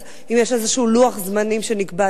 אז אם יש איזה לוח זמנים שנקבע,